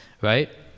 right